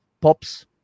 pops